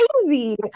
crazy